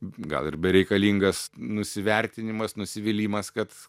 gal ir bereikalingas nusivertinimas nusivylimas kad